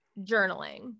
journaling